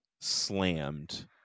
slammed